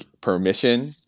permission